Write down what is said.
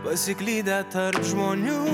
pasiklydę tarp žmonių